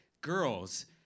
girls